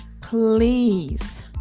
please